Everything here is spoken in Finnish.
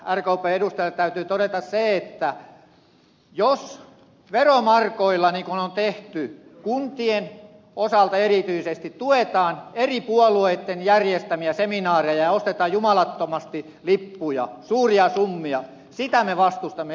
rkpn edustajalle täytyy todeta se että jos veromarkoilla niin kuin on tehty kuntien osalta erityisesti tuetaan eri puolueitten järjestämiä seminaareja ja ostetaan jumalattomasti lippuja suuria summia sitä me vastustamme ehdottomasti